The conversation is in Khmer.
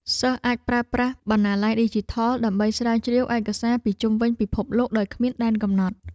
សិស្សអាចប្រើប្រាស់បណ្ណាល័យឌីជីថលដើម្បីស្រាវជ្រាវឯកសារពីជុំវិញពិភពលោកដោយគ្មានដែនកំណត់។